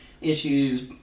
issues